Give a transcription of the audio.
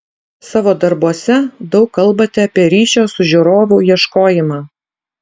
savo darbuose daug kalbate apie ryšio su žiūrovu ieškojimą